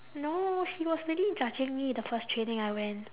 no she was already judging me the first training I went